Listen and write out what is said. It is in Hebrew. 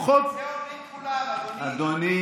את זה אומרים כולם, אדוני.